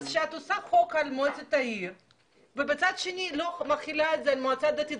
כשאת עושה חוק על מועצת עיר ובצד השני לא מחילה אותו על מועצה דתית,